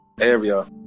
area